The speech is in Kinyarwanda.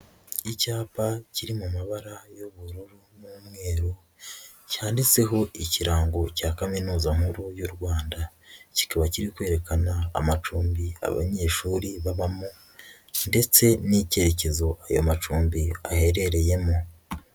Icyapa kiri mu mabara y'ubururu n'umweru cyanditseho ikirango cya kaminuza nkuru y'u Rwanda, kikaba kiri kwerekana amacumbi abanyeshuri babamo ndetse n'icyerekezo ayo macumbi aherereyemo.